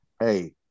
hey